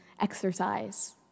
exercise